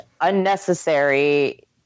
unnecessary